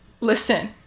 Listen